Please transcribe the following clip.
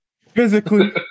Physically